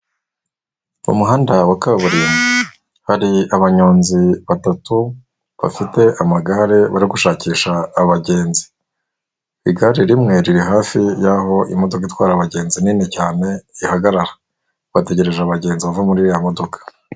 Mu muhanda wa kaburimbo hari abanyonzi batatu bafite amagare bari gushakisha abagenzi. Igare rimwe riri hafi y'aho imodoka itwara abagenzi nini cyane ihagarara. Bategereje abagenzi bava muri iriya modoka.